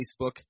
Facebook